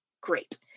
great